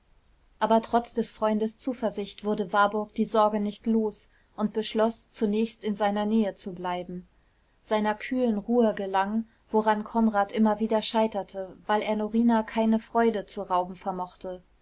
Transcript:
aber trotz des freundes zuversicht wurde warburg die sorge nicht los und beschloß zunächst in seiner nähe zu bleiben seiner kühlen ruhe gelang woran konrad immer wieder scheiterte weil er norina keine freude zu rauben vermochte